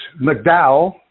McDowell